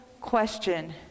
question